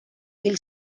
hil